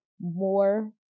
more